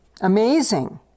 amazing